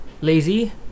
Lazy